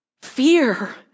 Fear